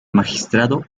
magistrado